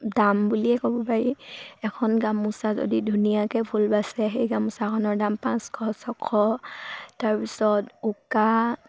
দাম বুলিয়ে ক'ব পাৰি এখন গামোচা যদি ধুনীয়াকৈ ফুল বাছে সেই গামোচাখনৰ দাম পাঁচশ ছশ তাৰপিছত উকা